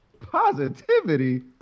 positivity